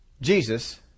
Jesus